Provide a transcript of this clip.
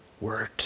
word